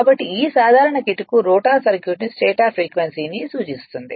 కాబట్టి ఈ సాధారణ కిటుకు రోటర్ సర్క్యూట్ను స్టేటర్ ఫ్రీక్వెన్సీకి సూచిస్తుంది